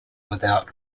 without